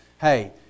Hey